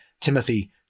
Timothy